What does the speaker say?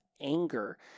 anger